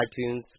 itunes